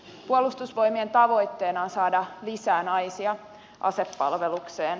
puolustusvoimien tavoitteena on saada lisää naisia asepalvelukseen